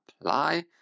apply